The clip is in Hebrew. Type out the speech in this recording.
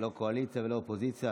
לא קואליציה ולא אופוזיציה,